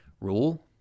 rule